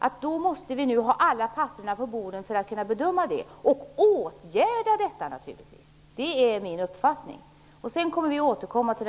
Vi måste ha alla papper på bordet för att kunna bedöma detta, och naturligtvis för att åtgärda det. Det är min uppfattning. Den andra frågan kommer vi att återkomma till.